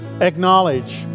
acknowledge